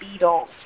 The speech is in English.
Beatles